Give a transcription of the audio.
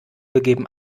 gegeben